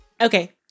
Okay